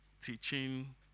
teaching